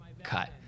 cut